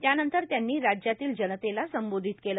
त्यानंतर त्यांनी राज्यातल्या जनतेला संबोधित केलं